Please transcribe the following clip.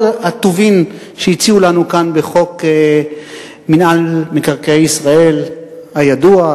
הטובין שהציעו לנו כאן בחוק מינהל מקרקעי ישראל הידוע,